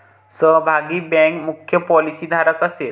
सहभागी बँक मुख्य पॉलिसीधारक असेल